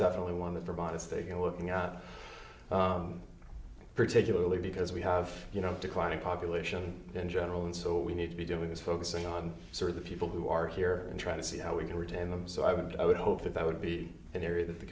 we want to provide a stake in working out particularly because we have you know declining population in general and so we need to be doing is focusing on sort of the people who are here and try to see how we can retain them so i would i would hope that that would be an area that the